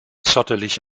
zottelig